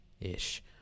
ish